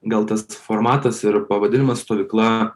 gal tas formatas ir pavadinimas stovykla